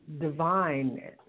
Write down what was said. divine